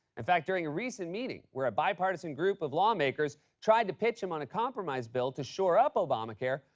in fact, during a recent meeting where a bipartisan group of lawmakers tried to pitch him on a compromise bill to shore up obamacare,